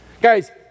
Guys